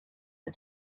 the